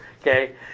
okay